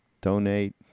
donate